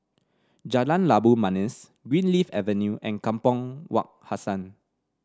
Jalan Labu Manis Greenleaf Avenue and Kampong Wak Hassan